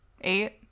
Eight